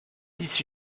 issu